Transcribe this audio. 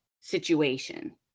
situation